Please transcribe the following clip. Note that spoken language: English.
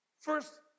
First